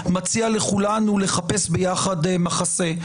מציע לכולנו לחפש ביחד מחסה.